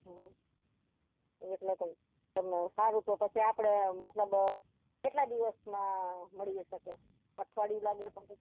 એટલે કહું હં સારું તો પછી આપણે મતલબ કેટલા દિવસમાં મળી શકે અઠવાડિયું લાગે